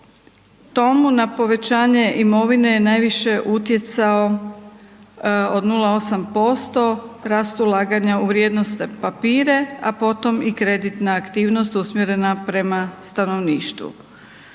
tomu na povećanje imovine najviše je utjecao od 0,8% rast ulaganja u vrijednosne papire, a potom i kreditna aktivnosti usmjerena prema stanovništvu.